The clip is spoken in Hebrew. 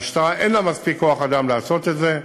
המשטרה, אין לה מספיק כוח-אדם לעשות את זה,